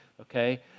okay